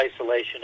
isolation